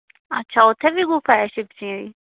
अच्छा उत्थें बी गुफा ऐ शिव जी दी